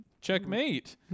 checkmate